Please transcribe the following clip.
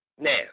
Now